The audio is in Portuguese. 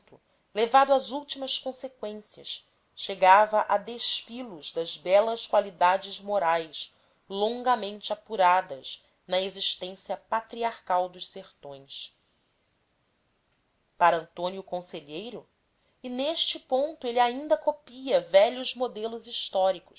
levado às últimas conseqüências chegava a despi los das belas qualidades morais longamente apuradas na existência patriarcal dos sertões para antônio conselheiro e neste ponto ele ainda copia velhos modelos históricos